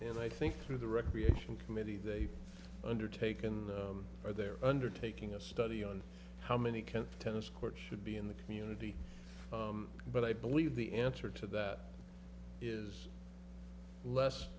and i think through the recreation committee they undertaken or they're undertaking a study on how many can tennis court should be in the community but i believe the answer to that is less